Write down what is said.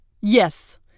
Yes